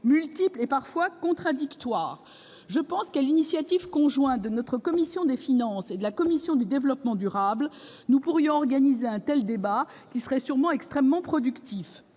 diverses et parfois contradictoires. Sur l'initiative conjointe de notre commission des finances et de la commission du développement durable, nous pourrions organiser un tel débat, qui serait certainement extrêmement productif.,